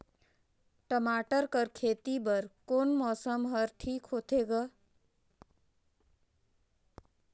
टमाटर कर खेती बर कोन मौसम हर ठीक होथे ग?